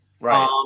Right